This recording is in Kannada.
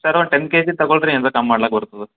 ಸರ್ ಒಂದು ಟೆನ್ ಕೆಜಿ ತಗೊಳ್ಳಿ ರೀ ಹಂಗೆ ಕಮ್ಮಿ ಮಾಡ್ಲಕ್ಕ ಬರ್ತದೆ